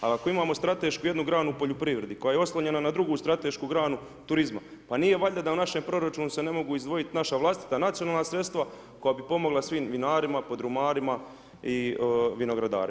Ali ako imamo stratešku jednu granu u poljoprivredi koja je oslonjena na drugu stratešku granu turizma pa nije valjda u našem proračunu se ne mogu izdvojit naša vlastita nacionalna sredstva koja bi pomogla svim vinarima, podrumarima i vinogradarima.